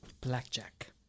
blackjack